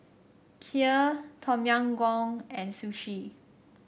Kheer Tom Yam Goong and Sushi